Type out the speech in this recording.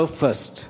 first